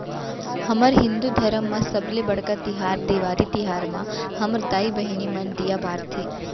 हमर हिंदू धरम म सबले बड़का तिहार देवारी तिहार म हमर दाई बहिनी मन दीया बारथे